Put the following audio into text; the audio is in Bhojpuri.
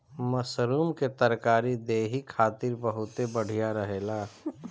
मशरूम के तरकारी देहि खातिर बहुते बढ़िया रहेला